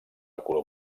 color